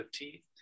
15